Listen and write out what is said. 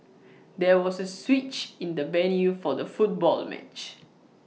there was A switch in the venue for the football match